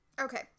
Okay